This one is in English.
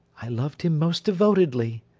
i loved him most devotedly.